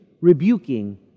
rebuking